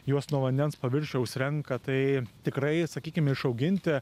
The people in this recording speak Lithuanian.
juos nuo vandens paviršiaus renka tai tikrai sakykim išauginti